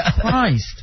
Christ